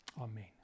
Amen